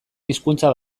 hizkuntza